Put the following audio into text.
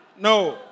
No